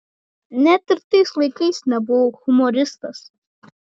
net ir tais laikais nebuvau humoristas